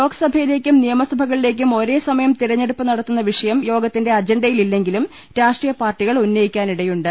ലോക്സഭയിലേക്കും നിയമസഭകളിലേക്കും ഒരേസമയം തെരഞ്ഞെ ടുപ്പ് നടത്തുന്ന വിഷയം യോഗത്തിന്റെ അജണ്ടയിലില്ലെങ്കിലും രാഷ്ട്രീ യപാർട്ടികൾ ഉന്നയിക്കാനിടയുണ്ട്